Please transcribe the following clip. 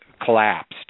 collapsed